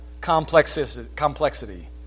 complexity